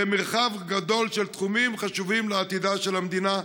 מרחב גדול של תחומים חשובים לעתידה של המדינה,